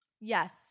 Yes